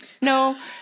No